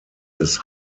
des